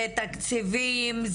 זה תקציבים,